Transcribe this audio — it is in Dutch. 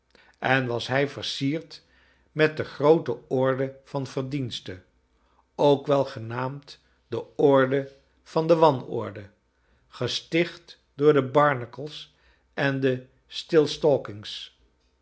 en was hij versierd met de groote orde van verdienste ook wel genaamd de orde van de wanorde gesticht door de barnacles en de